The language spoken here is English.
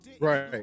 right